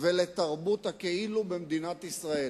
ולתרבות הכאילו במדינת ישראל.